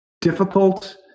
difficult